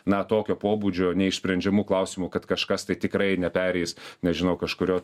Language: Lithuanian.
na tokio pobūdžio neišsprendžiamų klausimų kad kažkas tai tikrai nepereis nežinau kažkurio